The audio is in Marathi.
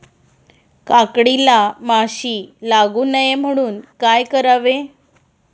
काकडीला माशी लागू नये म्हणून काय करावे?